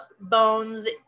bones